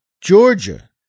Georgia